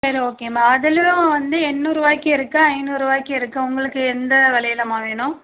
சரி ஓகேம்மா அதுலையும் வந்து எண்ணூரூவாய்க்கு இருக்கு ஐநூறுரூவாய்க்கு இருக்கு உங்களுக்கு எந்த விலையிலம்மா வேணும்